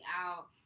out